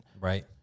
Right